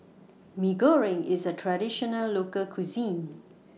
Mee Goreng IS A Traditional Local Cuisine